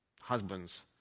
husbands